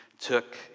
took